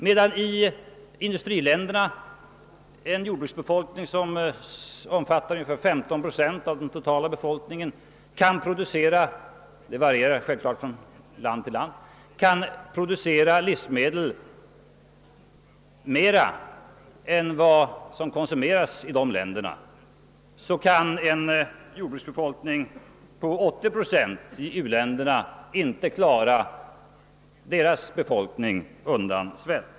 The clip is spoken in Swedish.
Medan i industriländerna en jordbruksbefolkning på ungefär 15 procent av den totala befolkningen kan producera mera livsmedel än vad som konsumeras — det varierar självklart från land till land — kan en jordbruksbefolkning på 80 procent i u-länderna inte klara sin befolkning undan svält.